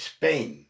Spain